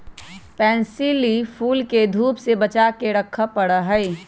pansy फूल के धूप से बचा कर रखे पड़ा हई